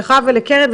לך ולקרן,